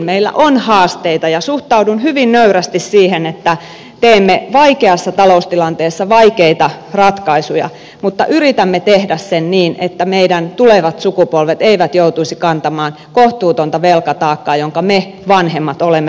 meillä on haasteita ja suhtaudun hyvin nöyrästi siihen että teemme vaikeassa taloustilanteessa vaikeita ratkaisuja mutta yritämme tehdä ne niin että meidän tulevat sukupolvet eivät joutuisi kantamaan kohtuutonta velkataakkaa jonka me vanhemmat olemme rakentaneet